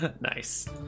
Nice